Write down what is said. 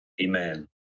amen